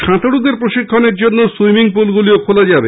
সাঁতারুদের প্রশিক্ষণের জন্য সুইমিং পুলগুলিও খোলা যাবে